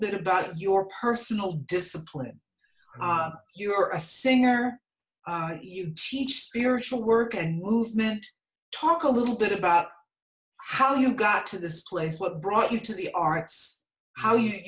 bit about your personal discipline you are a singer you teach spiritual work and movement talk a little bit about how you got to this place what brought you to the arts how you